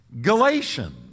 Galatians